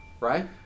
Right